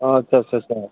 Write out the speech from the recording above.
अ आसा सा सा सा